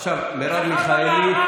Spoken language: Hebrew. עכשיו מרב מיכאלי,